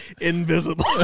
invisible